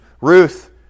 Ruth